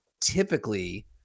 typically